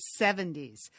70s